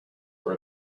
for